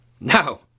No